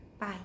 Bye